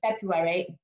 February